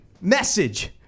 Message